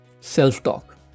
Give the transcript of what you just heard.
self-talk